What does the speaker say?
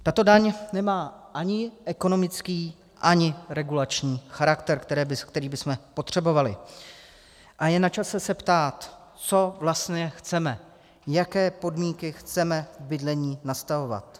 Tato daň nemá ani ekonomický, ani regulační charakter, který bychom potřebovali, a je načase se ptát, co vlastně chceme, jaké podmínky chceme v bydlení nastavovat.